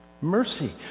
Mercy